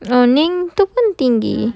ah ning tu kan tinggi